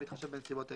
בהתחשב בנסיבות העניין.